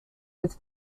with